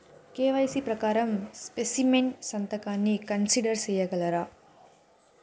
KYC ప్రకారం specimen సంతకాన్ని consider సేయగలరా?